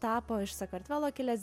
tapo iš sakartvelo kilęs